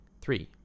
Three